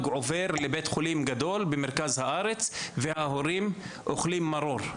עובר לבית חולים גדול במרכז הארץ וההורים אוכלים מרור,